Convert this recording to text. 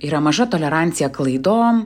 yra maža tolerancija klaidom